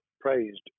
praised